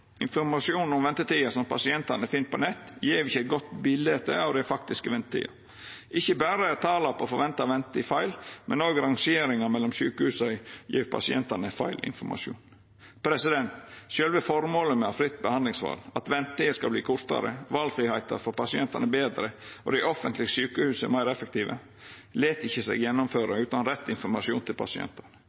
godt bilete av den faktiske ventetida. Ikkje berre er tala på forventa ventetid feil, men òg rangeringa mellom sjukehusa gjev pasientane feil informasjon. Sjølve føremålet med å ha fritt behandlingsval – at ventetida skal verta kortare, valfriheita for pasientane betre og dei offentlege sjukehusa meir effektive – lèt seg ikkje gjennomføra utan rett informasjon til pasientane.